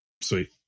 Sweet